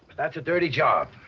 that's a dirty job.